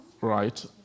right